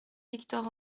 victor